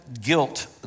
guilt